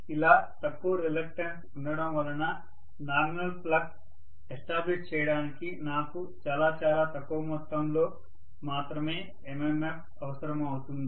ఇలా తక్కువ రిలక్టన్స్ ఉండడం వలన నామినల్ ఫ్లక్స్ ఎస్టాబ్లిష్ చేయడానికి నాకు చాలా చాలా తక్కువ మొత్తంలో మాత్రమే MMF అవసరం అవుతుంది